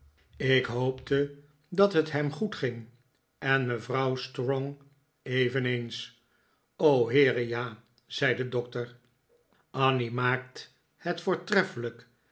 ik hoopte dat het hem goed ging en mevrouw strong eveneens heere ja zei de doctor annie maakt het voortreffelijk